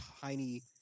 tiny